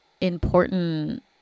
important